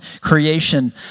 creation